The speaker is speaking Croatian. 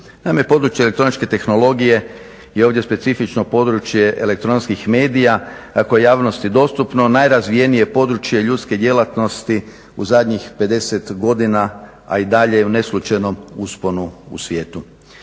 područje elektroničke tehnologije je ovdje specifično područje elektronskih medija a koje je javnosti dostupno najrazvijenije područje ljudske djelatnosti u zadnjih 50 godina a i dalje je u neslućenom usponu u svijetu.